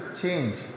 change